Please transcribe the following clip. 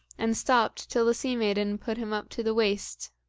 and stopped till the sea-maiden put him up to the waist.